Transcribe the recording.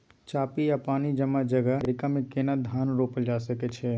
चापि या पानी जमा जगह, गहिरका मे केना धान रोपल जा सकै अछि?